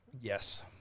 Yes